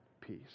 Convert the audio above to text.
peace